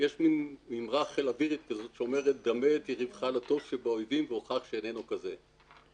יש אמרה שאומרת שדמה את יריבך לטוב שבאויבים והוכח שאיננו כזה.